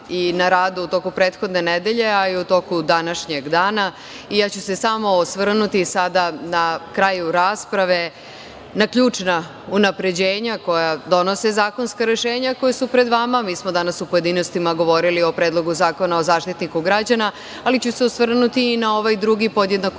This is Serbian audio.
i na radu u toku prethodne nedelje, a i u toku današnjeg dana. Ja ću se osvrnuti sada na kraju rasprave na ključna unapređenja koja donose zakonska rešenja koja su pred vama. Mi smo danas u pojedinostima govorili o Predlogu zakona o Zaštitniku građana, ali ću se osvrnuti i na ovaj drugi podjednako